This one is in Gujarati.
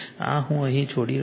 તેથી આ હું અહીં છોડી રહ્યો છું